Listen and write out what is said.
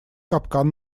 капкан